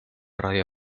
radio